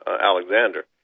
Alexander